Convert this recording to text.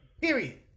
Period